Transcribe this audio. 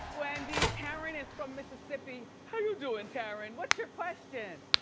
wendy, teryn is from mississippi. how you doing, teryn? what's your question?